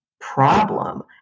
Problem